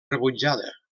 rebutjada